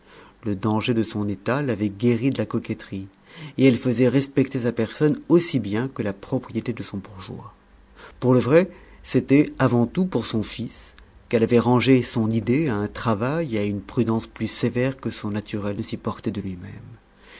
le danger de son état l'avait guérie de la coquetterie et elle faisait respecter sa personne aussi bien que la propriété de son bourgeois pour le vrai c'était avant tout pour son fils qu'elle avait rangé son idée à un travail et à une prudence plus sévères que son naturel ne s'y portait de lui-même